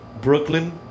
brooklyn